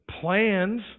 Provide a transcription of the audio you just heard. plans